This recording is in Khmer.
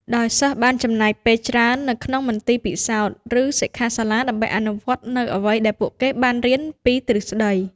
ដោយសិស្សបានចំណាយពេលច្រើននៅក្នុងមន្ទីរពិសោធន៍ ឬសិក្ខាសាលាដើម្បីអនុវត្តនូវអ្វីដែលពួកគេបានរៀនពីទ្រឹស្តី។